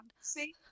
See